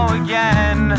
again